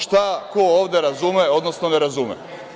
Šta, ko ovde razume, odnosno ne razume?